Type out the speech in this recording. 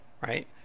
right